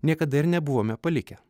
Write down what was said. niekada ir nebuvome palikę